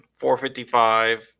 $455